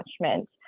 attachment